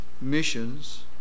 missions